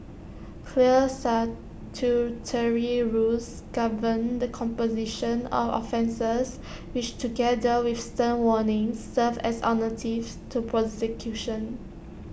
clear statutory rules govern the composition of offences which together with stern warnings serve as alternatives to prosecution